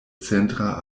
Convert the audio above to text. centra